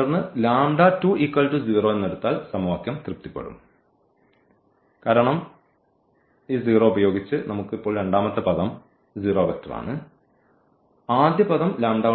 തുടർന്ന് എന്ന് എടുത്താൽ സമവാക്യം തൃപ്തിപ്പെടും കാരണം ഈ 0 ഉപയോഗിച്ച് നമുക്ക് ഇപ്പോൾ രണ്ടാമത്തെ പദം പൂജ്യം വെക്റ്റർ ആണ് ആദ്യപദം